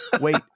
Wait